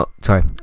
sorry